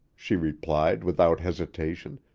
she replied without hesitation,